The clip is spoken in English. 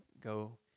go